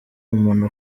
umuntu